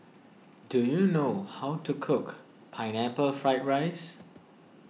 do you know how to cook Pineapple Fried Rice